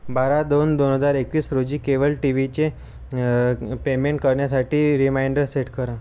बारा दोन दोन हजार एकवीस रोजी केबल टीव्हीचे पेमेंट करण्यासाठी रिमाइंडर सेट करा